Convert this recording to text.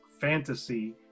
fantasy